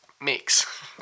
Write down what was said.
mix